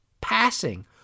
passing